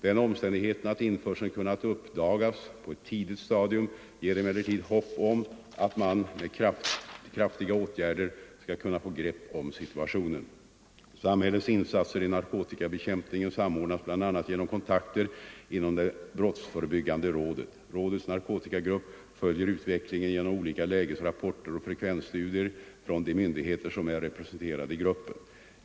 Den omständigheten att införseln kunnat uppdagas på ett tidigt stadium ger emellertid hopp om att man med kraftiga åtgärder skall kunna få grepp om situationen. Samhällets insatser i narkotikabekämpningen samordnas bl.a. genom kontakter inom det brottsförebyggande rådet. Rådets narkotikagrupp följer utvecklingen genom olika lägesrapporter och frekvensstudier från de myndigheter som är representerade i gruppen.